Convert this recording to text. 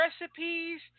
recipes